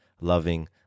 loving